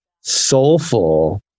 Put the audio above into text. soulful